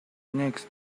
next